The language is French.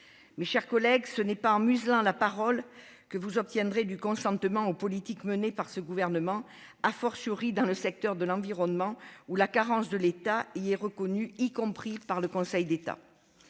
Mes chers collègues, ce n'est pas en muselant la parole que vous obtiendrez le consentement des Français aux politiques menées par ce gouvernement, dans le secteur de l'environnement, où la carence de l'État est reconnue, y compris par le Conseil d'État.